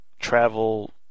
travel